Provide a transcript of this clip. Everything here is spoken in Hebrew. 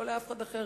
לא לאף אחד אחר,